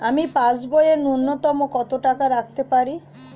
আমি পাসবইয়ে ন্যূনতম কত টাকা রাখতে পারি?